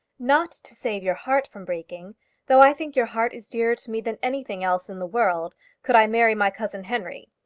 not to save your heart from breaking though i think your heart is dearer to me than anything else in the world could i marry my cousin henry.